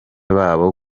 babo